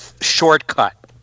shortcut